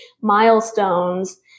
milestones